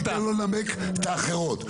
אני אתן לו לנמק את האחרות.